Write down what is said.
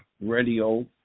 radio